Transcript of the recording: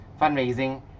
fundraising